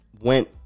went